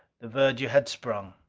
the verdure had sprung.